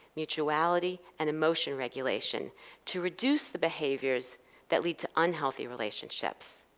mutuality, and emotion regulation to reduce the behaviors that lead to unhealthy relationships,